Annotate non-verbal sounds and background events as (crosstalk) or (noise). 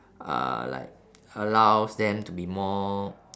(breath) uh like allows them to be more